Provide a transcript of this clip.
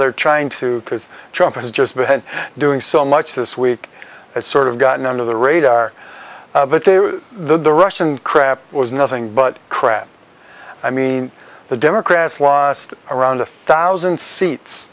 they're trying to do is trump has just been doing so much this week as sort of gotten under the radar the russian crap was nothing but crap i mean the democrats lost around a thousand seats